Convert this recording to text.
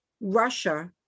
Russia